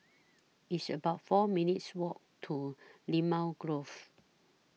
It's about four minutes' Walk to Limau Grove